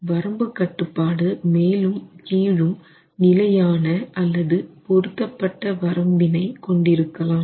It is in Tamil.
வரம்பு கட்டுப்பாடு மேலும் கீழும் நிலையான அல்லது பொருத்தப்பட்ட வரம்பினை கொண்டிருக்கலாம்